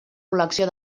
col·lecció